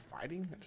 fighting